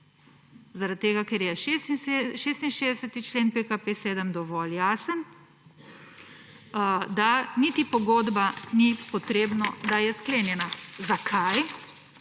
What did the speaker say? zaradi tega, ker je 66. člen PKP 7 dovolj jasen, da niti pogodba ni potrebno, da je sklenjena. Zakaj?